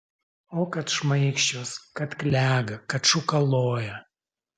o kad šmaikščios kad klega kad šūkaloja